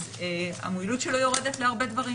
אז המועילות שלו יורדת להרבה דברים,